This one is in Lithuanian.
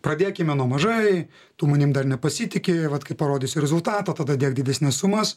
pradėkime nuo mažai tu manim dar nepasitiki vat kai parodysiu rezultatą tada dėk didesnes sumas